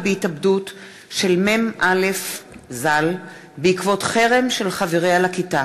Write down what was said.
בהתאבדות של מ"א ז"ל בעקבות חרם של חבריה לכיתה,